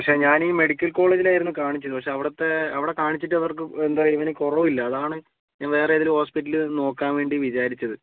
പക്ഷേ ഞാനീ മെഡിക്കൽ കോളേജിലായിരുന്നു കാണിച്ചത് പക്ഷേ അവിടുത്തെ അവിടെ കാണിച്ചിട്ടവർക്ക് എന്താണ് ഇവന് കുറവില്ല അതാണ് ഞാൻ വേറേതേലും ഹോസ്പിറ്റൽ നോക്കാൻ വേണ്ടി വിചാരിച്ചത്